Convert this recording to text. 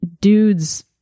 dudes